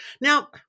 Now